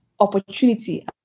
opportunity